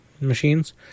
machines